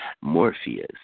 Morpheus